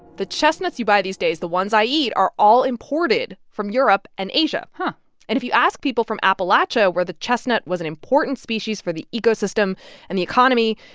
the chestnuts you buy these days, the ones i eat, are all imported from europe and asia huh and if you ask people from appalachia, where the chestnut was an important species for the ecosystem and the economy,